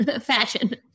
Fashion